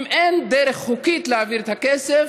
אם אין דרך חוקית להעביר את הכסף,